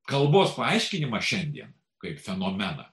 kalbos paaiškinimą šiandien kaip fenomeną